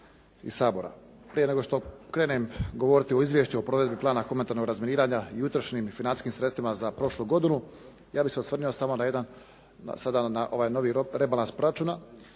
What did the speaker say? Prije nego što krenem govoriti o Izvješću o provedbi plana humanitarnog razminiranja i utrošenim financijskim sredstvima za prošlu godinu, ja bih se osvrnuo sada na ovaj novi rebalans proračuna.